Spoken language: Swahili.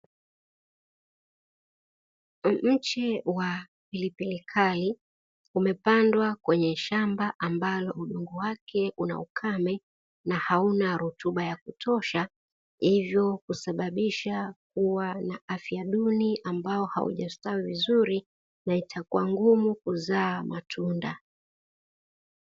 Mche wa pilipili kali umepandwa kwenye shamba ambalo udongo wake unaukame na hauna rutuba ya kutosha, hivyo kusababisha kuwa na afya duni, ambao haujastawi vizuri na itakuwa ngumu kuzaa matunda.